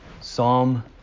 Psalm